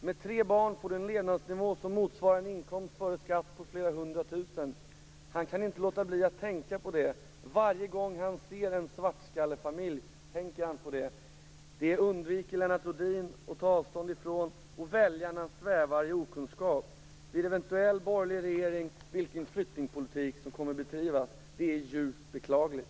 Med tre barn får de en levnadsnivå som motsvarar en inkomst före skatt på flera hundra tusen. Han kan inte låta bli att tänka på det. Varje gång han ser en svartskallefamilj tänker han på det. Det undviker Lennart Rohdin att ta avstånd från. Väljarna svävar i okunskap om vilken flyktingpolitik som kommer att bedrivas vid en eventuell borgerlig regering. Det är djupt beklagligt.